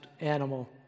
animal